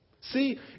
See